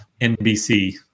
nbc